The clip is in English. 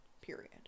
period